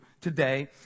today